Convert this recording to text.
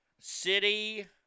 City